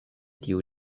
tiu